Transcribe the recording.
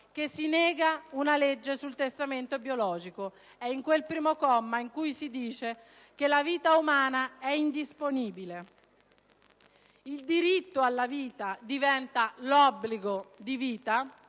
che si nega una legge sul testamento biologico: in quel primo comma si afferma infatti che la vita umana è indisponibile. Il diritto alla vita diventa l'obbligo di vita